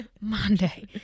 Monday